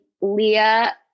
Leah